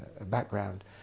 background